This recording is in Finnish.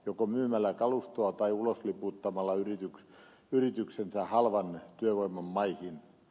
joko myymällä kalustoa tai ulosliputtamalla yrityksensä halvan työvoiman maihin